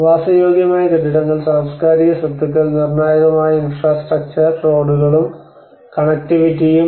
വാസയോഗ്യമായ കെട്ടിടങ്ങൾ സാംസ്കാരിക സ്വത്തുക്കൾ നിർണായകമായ ഇൻഫ്രാസ്ട്രക്ചർ റോഡുകളും കണക്റ്റിവിറ്റിയും